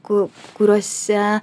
ku kuriuose